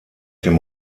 dem